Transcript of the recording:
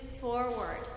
forward